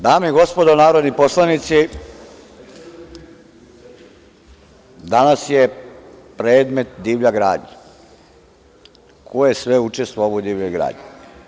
Dame i gospodo narodni poslanici, danas je predmet divlja gradnja i ko je sve učestvovao u ovoj divljoj gradnji.